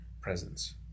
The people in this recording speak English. presence